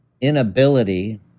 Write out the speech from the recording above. inability